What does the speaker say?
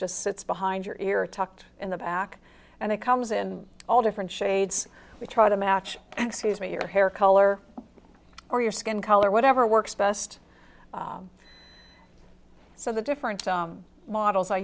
just sits behind your ear tucked in the back and it comes in all different shades we try to match excuse me your hair color or your skin color whatever works best so the different models i